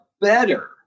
better